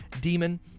Demon